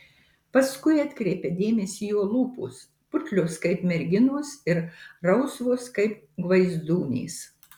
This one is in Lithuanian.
paskui atkreipia dėmesį jo lūpos putlios kaip merginos ir rausvos kaip gvaizdūnės